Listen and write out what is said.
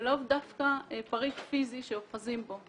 ולאו דווקא פריט פיזי שאוחזים בו.